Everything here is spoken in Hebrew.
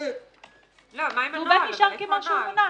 הוא נשאר כפי שהוא מונח.